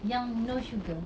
yang no sugar